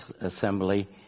assembly